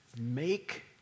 make